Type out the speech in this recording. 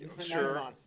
Sure